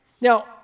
Now